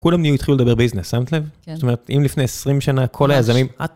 כולם נהיו התחילו לדבר ביזנס, שמת לב? כן. זאת אומרת, אם לפני 20 שנה כל היזמים...